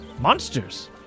monsters